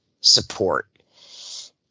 support